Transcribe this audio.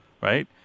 right